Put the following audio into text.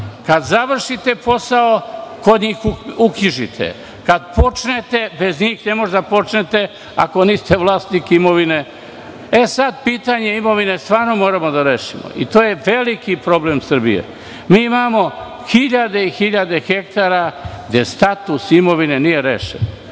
Kada završite posao, kod njih uknjižite, kada počnete, bez njih ne možete da počnete ako niste vlasnik imovine. Pitanje imovine stvarno moramo da rešimo. To je veliki problem Srbije. Mi imamo hiljade i hiljade hektara gde status imovine nije rešen.